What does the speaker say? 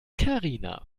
karina